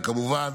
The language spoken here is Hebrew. וכמובן,